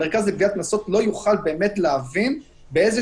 המרכז לגביית קנסות לא יוכל להבין באיזה